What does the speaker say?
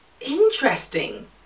interesting